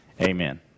Amen